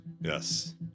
Yes